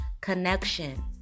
connection